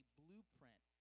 blueprint